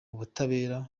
ubutabera